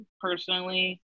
personally